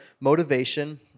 motivation